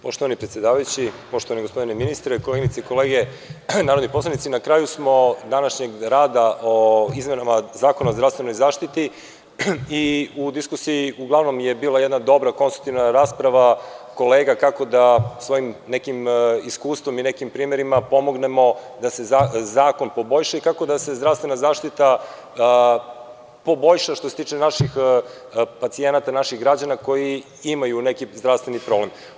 Poštovani predsedavajući, poštovani gospodine ministre, koleginice i kolege narodni poslanici, na kraju smo današnjeg rada o izmenama Zakona o zdravstvenoj zaštiti i uglavnom je bila jedna dobra, konstruktivna rasprava kolega kako da svojim iskustvom i primerima pomognemo da se zakon poboljša i kako da se zdravstvena zaštita poboljša, što se tiče naših pacijenata, naših građana koji imaju neki zdravstveni problem.